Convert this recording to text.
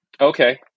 Okay